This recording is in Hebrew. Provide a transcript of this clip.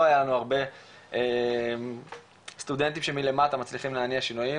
היה לנו הרבה סטודנטים שמלמטה מצליחים להניע שינויים,